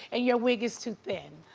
and your wig is too thin.